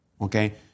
Okay